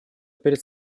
перед